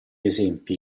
esempi